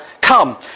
come